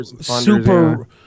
super